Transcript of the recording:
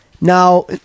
Now